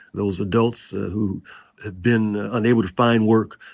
those adults ah who have been unable to find work,